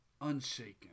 unshaken